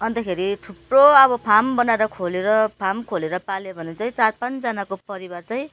अन्तखेरि थुप्रो अब फार्म बनाएर खोलेर फार्म खोलेर पाल्यो भने चाहिँ चार पाँचजनाको परिवार चाहिँ